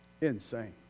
Insane